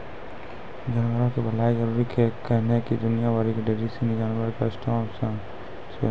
जानवरो के भलाइ जरुरी छै कैहने कि दुनिया भरि मे ढेरी सिनी जानवर कष्टो मे छै